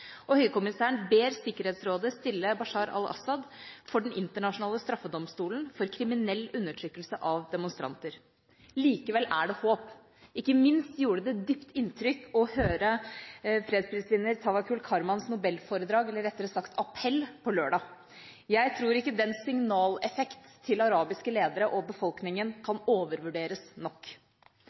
og Høykommissæren ber Sikkerhetsrådet stille Bashar al-Assad for den internasjonale straffedomstolen for kriminell undertrykkelse av demonstranter. Likevel er det håp. Ikke minst gjorde det dypt inntrykk å høre fredsprisvinner Tawakkul Karmans nobelforedrag, eller rettere sagt appell, på lørdag. Jeg tror ikke dens signaleffekt til arabiske ledere og befolkningen kan overvurderes nok.